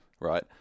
right